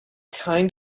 kind